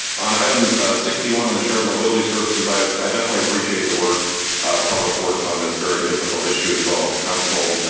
on item sixty one on the shared mobility services, i i definitely appreciate the work of public works on this very difficult issue as well as council.